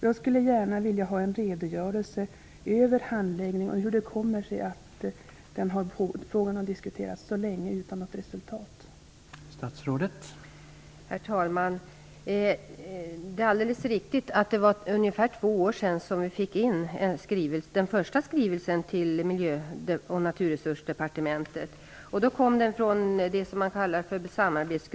Jag skulle vilja ha en redogörelse för handläggningen och för hur det kommer sig att frågan har diskuterats så länge utan att man kommit fram till något resultat.